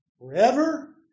Forever